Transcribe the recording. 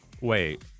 Wait